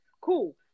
cool